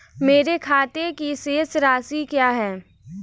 मेरे खाते की शेष राशि क्या है?